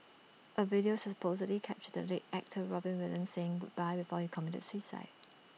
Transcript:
A video supposedly captured the late actor Robin Williams saying goodbye before he committed suicide